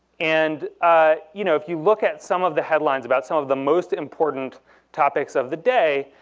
and ah you know if you look at some of the headlines about some of the most important topics of the day,